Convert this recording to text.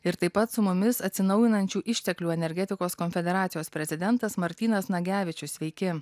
ir taip pat su mumis atsinaujinančių išteklių energetikos konfederacijos prezidentas martynas nagevičius sveiki